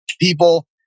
people